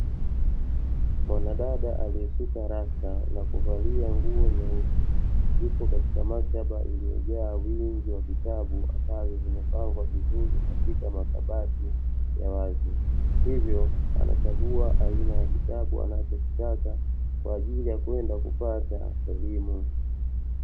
Mwanadada aliyesuka rasta na kuvalia nguo nyeusi yuko katika maktaba iliyojaa wingi wa vitabu ambavyo vimepangwa vizuri katika makabati ya wazi hivyo anachagua aina ya kitabu anachokitaka kwaajili ya kwenda kupata elimu.